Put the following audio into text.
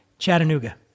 Chattanooga